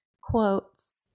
quotes